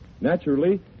Naturally